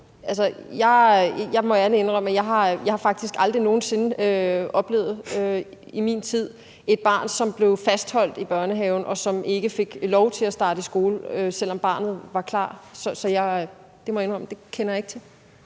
jeg må ærligt indrømme, at jeg faktisk aldrig nogen sinde i min tid har oplevet et barn, som blev fastholdt i børnehaven, og som ikke fik lov til at starte i skole, selv om barnet var klar til det – det